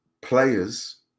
players